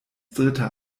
dritter